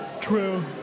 True